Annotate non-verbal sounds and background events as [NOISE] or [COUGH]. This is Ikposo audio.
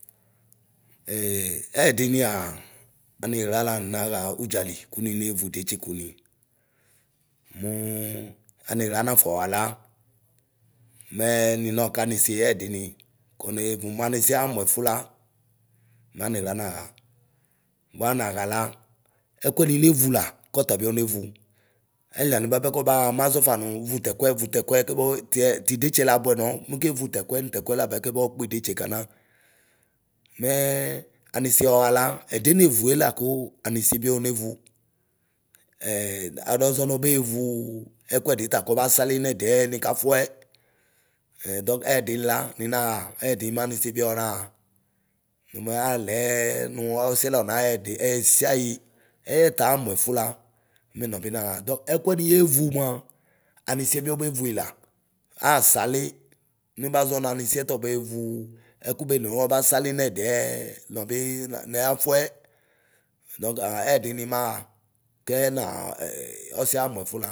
[HESITATION] ɛɛdinia, aniɣla la ninaɣa la udƶɣli Ku nineevu idetsi ɛkuni. Muu aniɣla nafɔɣa la, nɛɛ binɔɔkanissi ɛɛdini konee muanissi amuɛfula. maniɣla naya; bua naɣala ɛkuɛ ninevu la kɔtabione vu. Ayili la mu bapɛ kɣbaya maʒɔfamu vu tɛkuɛ vu tɛkuɛ ootiɛ tidetsie labʋɛnɔ meke tɛkuɛ nutɛkuɛla bɛ kɔbɔkpidetsie kana. Mɛɛ anisiɔɣa la ɛdiɛ nevue la kuu anisi bionevu, [HESITATION] aduɔʒɔ nobeevu ɛkuɛdi ta kɔba sali nɛgɛ nikafuɛ. Ɛ dɔŋk ɛ ɛdini la ninaɣa ɛɛdi manisi biɔɣa. Komɛ aalɛ nu ɔsiɛ la ɔnaya de ɛyisiayi; ɛyɛtamuɛfu la mɛ nɔbi naɣa dɔk ɛkuɛ nilevu mua anisibi obevui la. Aasali nubaʒɔ nanisiɛ ɛkubene ɔtaba sali nɛgɛ nɔbii niafuɛ dɔŋkaa ɛɛdini naɣa kɛ na ɛ ɔsiɛ amuɛ fu la